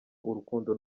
urukundo